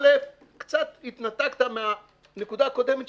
א', קצת התנתקת מהנקודה הקודמת שאמרתי.